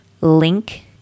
Link